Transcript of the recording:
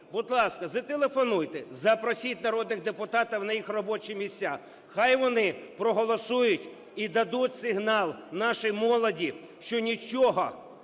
будь ласка, зателефонуйте, запросіть народних депутатів на їх робочі місця, хай вони проголосують і дадуть сигнал нашій молоді, що нічого